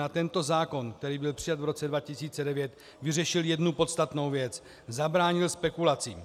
To znamená, tento zákon, který byl přijat v roce 2009, vyřešil jednu podstatnou věc zabránil spekulacím.